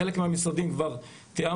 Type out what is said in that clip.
עם חלק מהמשרדים כבר תיאמנו.